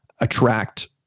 attract